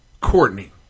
Courtney